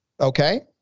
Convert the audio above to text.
Okay